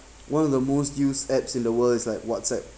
one of the most used apps in the world is like whatsapp